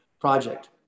project